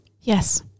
Yes